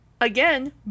Again